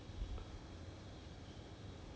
!aiya! I don't know man